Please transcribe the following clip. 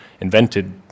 invented